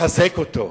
לחזק אותו,